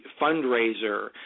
fundraiser